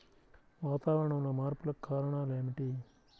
వాతావరణంలో మార్పులకు కారణాలు ఏమిటి?